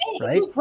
Right